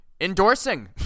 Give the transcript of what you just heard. endorsing